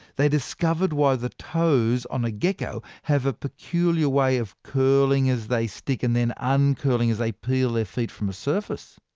they discovered why the toes on a geckos have a peculiar way of curling as they stick and then uncurling as they peel their feet from a surface.